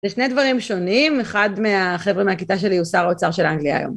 זה שני דברים שונים, אחד מהחבר'ה מהכיתה שלי הוא שר האוצר של האנגליה היום.